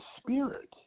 spirit